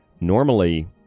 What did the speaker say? Normally